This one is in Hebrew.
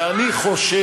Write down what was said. סליחה, אתה, ואני חושב,